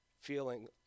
feeling